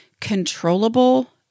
controllable